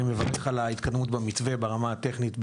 אני מברך על ההתקדמות במתווה ברמה הטכנית,